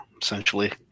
Essentially